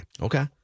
Okay